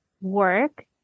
work